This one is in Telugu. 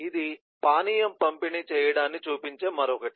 ఇది పానీయం పంపిణీ చేయడాన్ని చూపించే మరొకటి